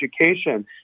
education